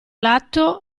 lato